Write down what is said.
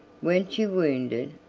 weren't you wounded?